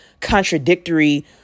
contradictory